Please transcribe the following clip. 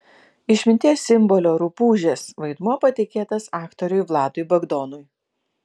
išminties simbolio rupūžės vaidmuo patikėtas aktoriui vladui bagdonui